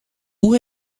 hoe